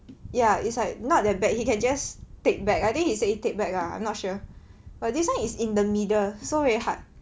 ya it's like not that bad he can just tape back I think he's say tape back ah I'm not sure but this one is in the middle so very hard